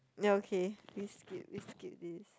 ya okay we skip we skip this